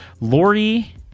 Lori